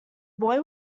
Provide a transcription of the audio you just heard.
boy